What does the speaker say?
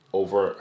over